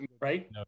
Right